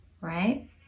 right